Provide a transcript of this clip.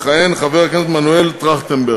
יכהן חבר הכנסת מנואל טרכטנברג,